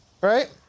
right